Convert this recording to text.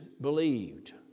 believed